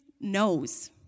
knows